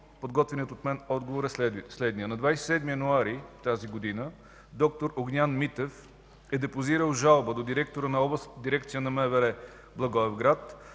Подготвеният от мен отговор е следният. На 27 януари тази година д-р Огнян Митев е депозирал жалба до директора на Областната дирекция на МВР – Благоевград.